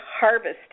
harvest